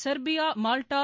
Serbia Malta